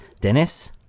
Dennis